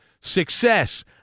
Success